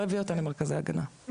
לא הביאו אותה למרכזי הגנה,